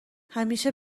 همیشه